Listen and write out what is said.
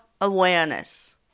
awareness